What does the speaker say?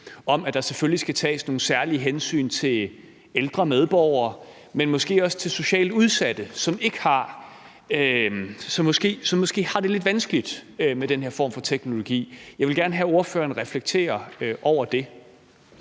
om, at der selvfølgelig skal tages nogle særlige hensyn til ældre medborgere, men måske også til socialt udsatte, som måske har det lidt vanskeligt med den her form for teknologi. Jeg vil gerne have, at ordføreren reflekterer over det.